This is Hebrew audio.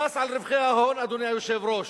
המס על רווחי ההון, אדוני היושב-ראש,